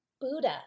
Buddha